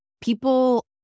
People